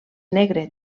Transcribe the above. negre